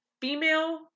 female